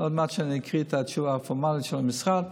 עוד מעט אקריא את התשובה הפורמלית של המשרד,